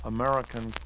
American